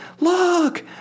Look